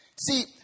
See